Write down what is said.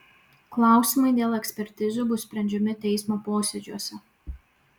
klausimai dėl ekspertizių bus sprendžiami teismo posėdžiuose